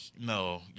no